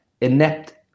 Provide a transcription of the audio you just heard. inept